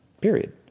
Period